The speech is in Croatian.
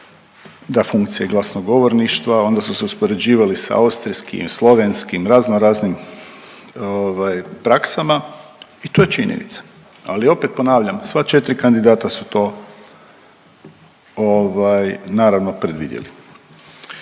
ta funkcija i glasnogovorništva, onda su se uspoređivali sa austrijskim, slovenskim, razno raznim ovaj praksama i to je činjenica, ali opet ponavljam, sva 4 kandidata su to ovaj naravno predvidjeli.